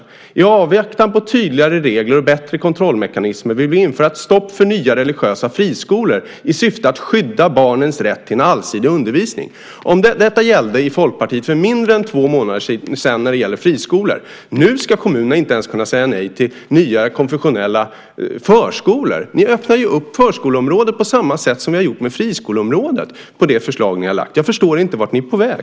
Ni skriver: I avvaktan på tydligare regler och bättre kontrollmekanismer vill vi införa ett stopp för nya religiösa friskolor i syfte att skydda barnens rätt till en allsidig undervisning. Det gällde i Folkpartiet för mindre än två månader sedan när det gäller friskolor. Nu ska kommunerna inte ens kunna säga nej till nya konfessionella förskolor. Ni öppnar ju förskoleområdet på samma sätt som vi har gjort med friskoleområdet med det förslag ni har lagt fram. Jag förstår inte vart ni är på väg.